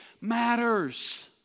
matters